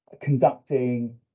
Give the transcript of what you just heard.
conducting